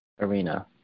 arena